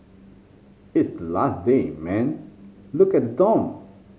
it's the last day man look at the dorm